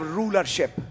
rulership